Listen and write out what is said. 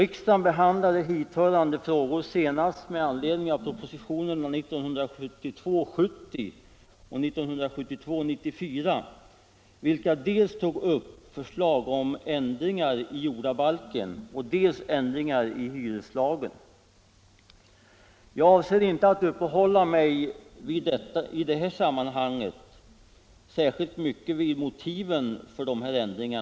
Riksdagen behandlade hithörande frågor senast Tisdagen den med anledning av propositionerna 1972:70 och 1972:94, vilka dels tog 15 april 1975 upp förslag om ändringar i jordabalken, dels ändringar i hyreslagen. Jag avser inte att uppehålla mig i det här sammanhanget särskilt mycket — Om ändrad vid motiven för dessa ändringar.